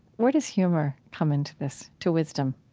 where does humor come into this, to wisdom?